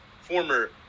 former